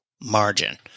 margin